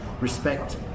Respect